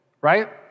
right